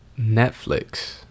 Netflix